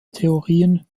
theorien